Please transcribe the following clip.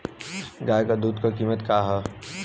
गाय क दूध क कीमत का हैं?